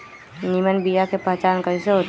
निमन बीया के पहचान कईसे होतई?